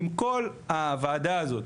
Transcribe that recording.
אם כל הוועדה הזאת